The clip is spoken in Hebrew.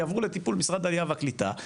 יעברו לטיפול משרד העלייה והקליטה,